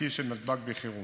פרויקט הדגל